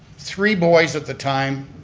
three boys at the time,